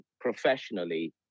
professionally